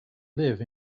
live